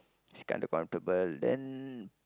it's kinda comfortable then